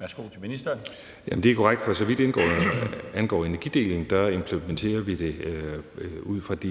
(Lars Aagaard): Jamen det er korrekt. For så vidt angår energidelen, implementerer vi det ud fra det